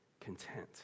content